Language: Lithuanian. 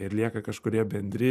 ir lieka kažkurie bendri